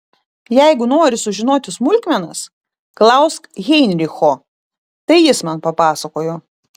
jeigu nori sužinoti smulkmenas klausk heinricho tai jis man papasakojo